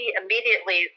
immediately